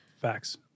Facts